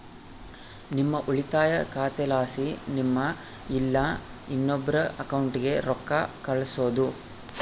ನಿಮ್ಮ ಉಳಿತಾಯ ಖಾತೆಲಾಸಿ ನಿಮ್ಮ ಇಲ್ಲಾ ಇನ್ನೊಬ್ರ ಅಕೌಂಟ್ಗೆ ರೊಕ್ಕ ಕಳ್ಸೋದು